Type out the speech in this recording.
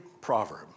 proverb